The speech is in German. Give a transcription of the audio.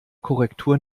korrektur